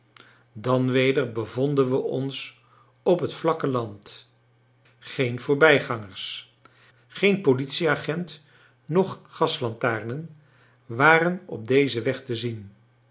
dan weder bevonden we ons op het vlakke land geen voorbijgangers geen politieagent noch gaslantaarnen waren op dezen weg te zien